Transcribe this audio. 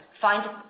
find